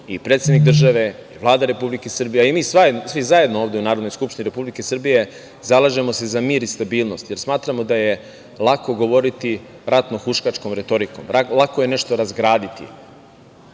i predsednik države, Vlada Republike Srbije, a i mi svi zajedno ovde u Narodnoj skupštini Republike Srbije zalažemo se za mir i stabilnost jer smatramo da je lako govoriti ratno huškačkom retorikom. Lako je nešto razgraditi,